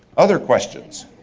other questions.